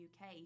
UK